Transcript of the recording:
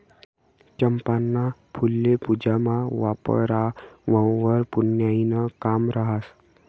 चंपाना फुल्ये पूजामा वापरावंवर पुन्याईनं काम रहास